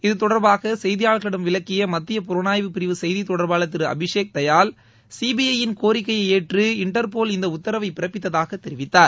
இது தொடர்பாக செய்தியாளரிடம் விளக்கிய மத்திய புலனாய்வு பிரிவு செய்தி தொடர்பாளர் திரு அபிஷேக் தயாள் சிபிஜயின் கோரிக்கையை ஏற்று இன்டர்போல் இந்த உத்தரவை பிறப்பித்ததாக தெரிவித்தார்